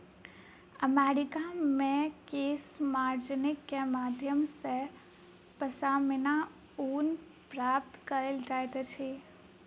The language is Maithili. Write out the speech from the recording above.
अमेरिका मे केशमार्जनी के माध्यम सॅ पश्मीना ऊन प्राप्त कयल जाइत अछि